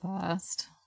first